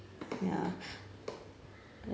ya